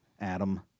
Adam